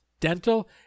dental